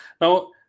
Now